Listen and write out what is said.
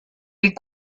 les